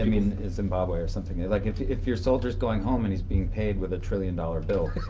i mean in zimbabwe or something like if if your soldier's going home and he's being paid with a trillion dollar bill.